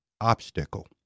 obstacle